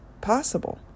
possible